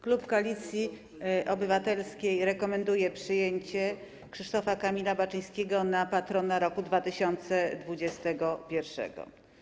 Klub Koalicji Obywatelskiej rekomenduje przyjęcie Krzysztofa Kamila Baczyńskiego na patrona roku 2021.